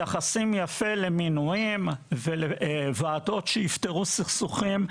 מתייחסים יפה למינויים ולוועדות שיפתרו סכסוכים,